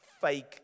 Fake